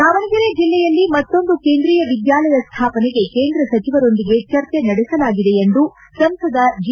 ದಾವಣಗೆರೆ ಜಿಲ್ಲೆಯಲ್ಲಿ ಮತ್ತೊಂದು ಕೇಂದ್ರಿಯ ವಿದ್ಯಾಲಯ ಸ್ವಾಪನೆಗೆ ಕೇಂದ್ರ ಸಚಿವರೊಂದಿಗೆ ಚರ್ಚೆ ನಡೆಲಾಗಿದೆ ಎಂದು ಸಂಸದ ಜಿ